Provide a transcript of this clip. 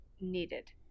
needed